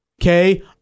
okay